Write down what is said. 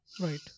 Right